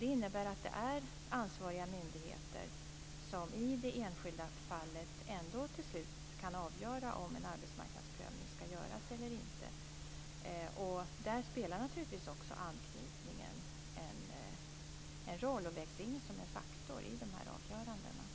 Det innebär att det är ansvariga myndigheter som i det enskilda fallet ändå till slut kan avgöra om en arbetsmarknadsprövning ska göras eller inte. Där spelar naturligtvis också anknytning en roll och vägs in som en faktor i dessa avgöranden.